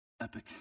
epic